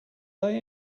they